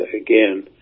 again